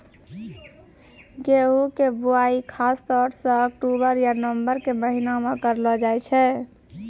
गेहूँ के बुआई खासतौर सॅ अक्टूबर या नवंबर के महीना मॅ करलो जाय छै